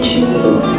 Jesus